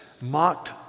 mocked